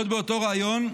עוד באותו ריאיון,